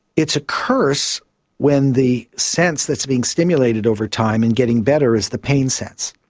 it's a curse when the sense that is being stimulated over time and getting better is the pain sense.